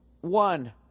One